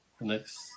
Next